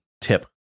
tip